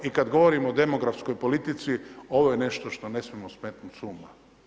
I kad govorimo o demografskoj politici, ovo je nešto što ne smijemo smetnut s uma.